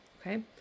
Okay